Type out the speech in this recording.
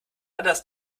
anders